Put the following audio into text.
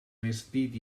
vestit